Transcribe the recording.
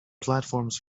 platforms